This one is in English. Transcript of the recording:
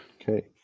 Okay